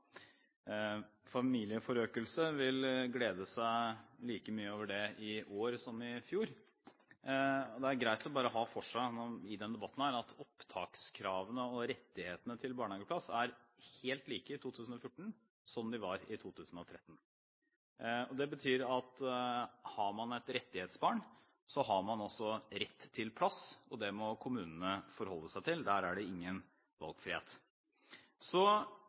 familieforøkelse, vil glede seg like mye over det i år som i fjor. Det er greit bare å ha for seg i denne debatten at opptakskravene og rettighetene til barnehageplass er helt like i 2014 som de var i 2013. Det betyr at har man et rettighetsbarn, har man også rett til plass. Det må kommunene forholde seg til. Der er det ingen